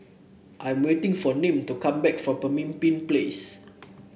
I'm waiting for Nim to come back from Pemimpin Place